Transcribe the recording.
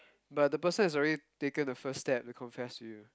but the person has already taken the first step to confess to you